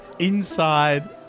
Inside